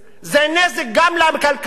זה נזק גם לכלכלה,